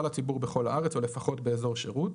הציבור בכל הארץ או לפחות באזור שירות,